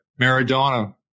Maradona